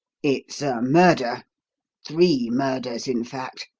it's a murder three murders, in fact,